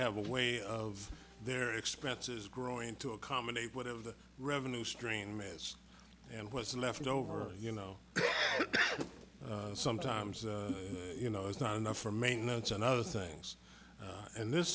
have a way of their expenses growing to accommodate whatever the revenue stream is and what's left over you know sometimes you know it's not enough for maintenance and other things and this